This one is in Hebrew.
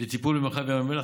לטיפול במרחב ים המלח,